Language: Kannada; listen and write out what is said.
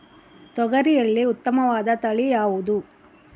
ತೊಗರಿಯಲ್ಲಿ ಉತ್ತಮವಾದ ತಳಿ ಯಾವುದು?